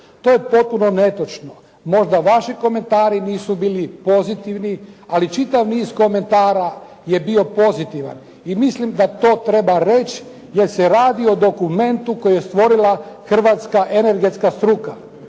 To je potpuno netočno, možda vaši komentari nisu bili pozitivni, ali čitav niz komentara je bio pozitivan i mislim da to treba reći jer se radi o dokumentu koji je stvorila hrvatska energetska struka.